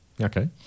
Okay